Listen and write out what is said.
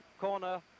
corner